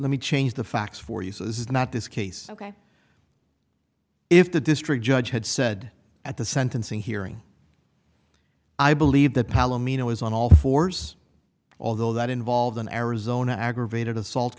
let me change the facts for you so this is not this case ok if the district judge had said at the sentencing hearing i believe that palomino is on all fours although that involved an arizona aggravated assault